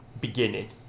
beginning